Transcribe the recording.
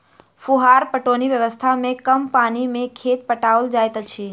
फुहार पटौनी व्यवस्था मे कम पानि मे खेत पटाओल जाइत अछि